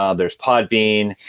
um there's podbean.